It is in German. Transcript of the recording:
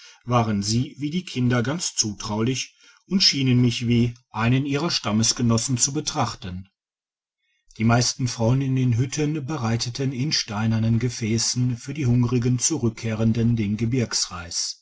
waren sie wie die kinder ganz zutraulich und schienen mich wie digitized by google einen ihrer stammesgenossen zu betrachten die meisten frauen in den hütten bereiteten in steinernen gefässen für die hungrig zurückkehrenden den gebirgsreis